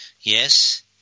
Yes